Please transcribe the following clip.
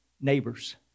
Neighbors